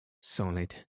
solid